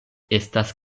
estas